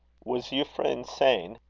was euphra insane?